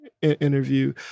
Interview